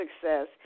success